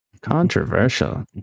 Controversial